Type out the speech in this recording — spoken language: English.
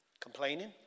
Complaining